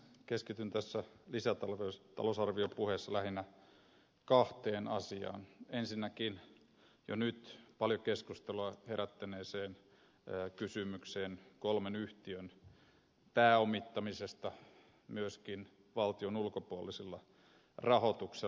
keskityn tässä lisätalousarviopuheessa lähinnä kahteen asiaan ensinnäkin jo nyt paljon keskustelua herättäneeseen kysymykseen kolmen yhtiön pääomittamisesta myöskin valtion ulkopuolisella rahoituksella